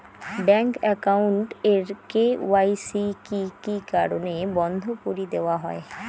Bank account এর KYC কি কি কারণে বন্ধ করি দেওয়া হয়?